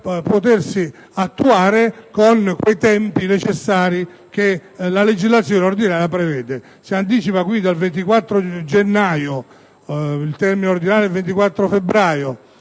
potersi attuare con i tempi necessari che la legislazione ordinaria prevede. Si anticipa quindi al 24 gennaio il termine - che ordinariamente era del 24 febbraio